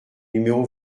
numéro